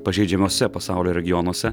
pažeidžiamuose pasaulio regionuose